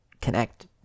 connect